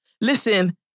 Listen